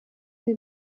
sie